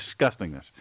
disgustingness